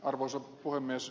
arvoisa puhemies